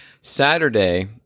Saturday